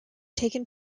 taken